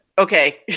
Okay